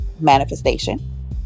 manifestation